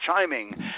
chiming